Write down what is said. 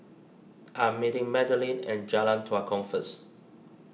I am meeting Madeleine at Jalan Tua Kong first